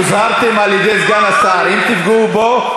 הוזהרתם על-ידי סגן השר: אם תפגעו בו,